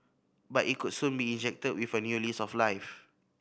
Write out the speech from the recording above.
but it could soon be injected with a new lease of life